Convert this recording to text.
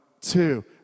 two